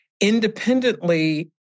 independently